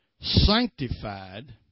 sanctified